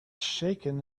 shaken